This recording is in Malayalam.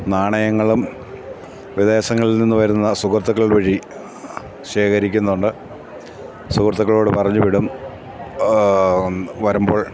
നാണയങ്ങളും വിദേശങ്ങളിൽ നിന്നുവരുന്ന സുഹൃത്തുക്കൾ വഴി ശേഖരിക്കുന്നുണ്ട് സുഹൃത്തുക്കളോട് പറഞ്ഞുവിടും വരുമ്പോൾ